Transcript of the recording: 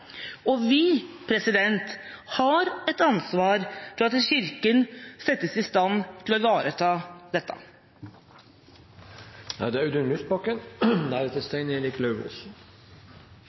Og vi har et ansvar for at Kirken settes i stand til å ivareta